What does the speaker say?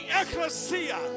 Ecclesia